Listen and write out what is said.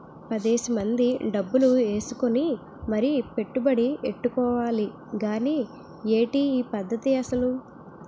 పదేసి మంది డబ్బులు ఏసుకుని మరీ పెట్టుబడి ఎట్టుకోవాలి గానీ ఏటి ఈ పద్దతి అసలు?